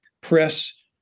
press